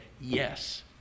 yes